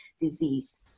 disease